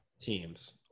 Teams